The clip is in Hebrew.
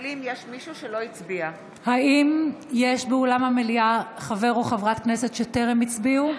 האם יש באולם המליאה חבר או חברת כנסת שטרם הצביעו?